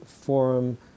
forum